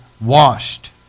washed